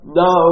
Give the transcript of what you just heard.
no